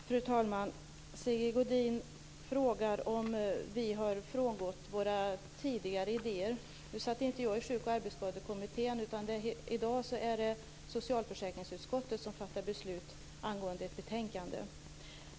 Fru talman! Sigge Godin frågar om vi har frångått våra tidigare idéer. Nu satt inte jag i Sjuk och arbetsskadekommittén, och i dag är det socialförsäkringsutskottet som debatterar ett betänkande.